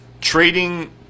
trading